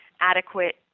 adequate